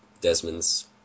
Desmond's